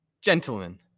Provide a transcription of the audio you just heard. Gentlemen